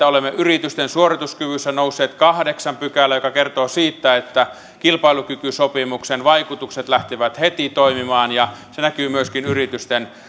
olemme yritysten suorituskyvyssä nousseet kahdeksan pykälää mikä kertoo siitä että kilpailukykysopimuksen vaikutukset lähtivät heti toimimaan ja se näkyy myöskin yritysten